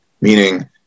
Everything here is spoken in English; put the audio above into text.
Meaning